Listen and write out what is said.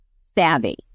savvy